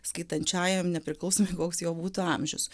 skaitančiajam nepriklausomai koks jo būtų amžius